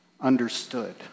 understood